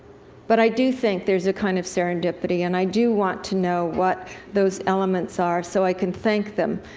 but i do think there's a kind of serendipity, and i do want to know what those elements are, so i can thank them,